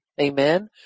Amen